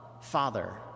Father